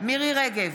מירי מרים רגב,